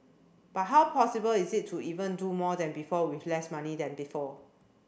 but how possible is it to even do more than before with less money than before